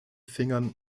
fingern